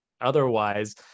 Otherwise